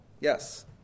Yes